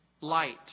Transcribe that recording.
light